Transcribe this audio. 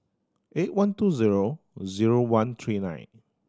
eight one two zero zero one three nine